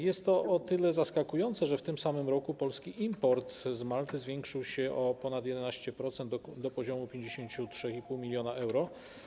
Jest to o tyle zaskakujące, że w tym samym roku polski import z Malty zwiększył się o ponad 11% do poziomu 53,5 mln euro.